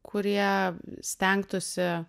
kurie stengtųsi